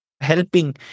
helping